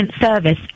service